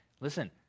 Listen